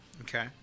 Okay